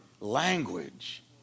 language